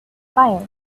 fire